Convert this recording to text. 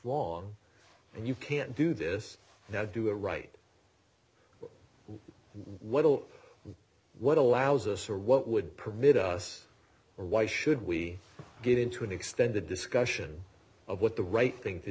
wrong and you can't do this now do it right but what will what allows us or what would permit us or why should we get into an extended discussion of what the right thing to